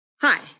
Hi